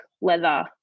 leather